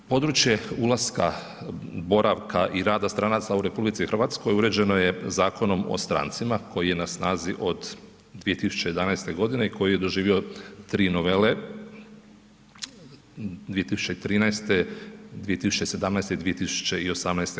Područje ulaska, boravka i rada stranaca u Rh uređeno je Zakonom o strancima koji je na snazi od 2011. g. i koji je doživio 3 novele, 2013., 2017. i 2018.